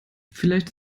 vielleicht